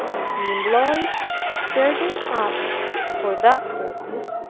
he employed certain abbots for that purpose,